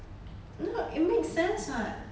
no it make sense [what]